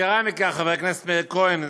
יתרה מכך, חבר הכנסת מאיר כהן,